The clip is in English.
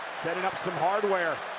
setting up some hardware,